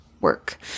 work